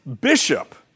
bishop